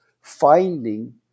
finding